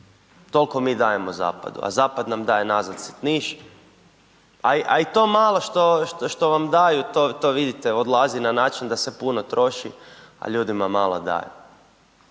tolko mi dajemo zapadu, a zapad nam daje nazad sitniš, a i to malo što vam daju to vidite odlazi na način da se puno troši, a ljudima malo daju.